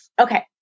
Okay